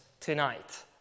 tonight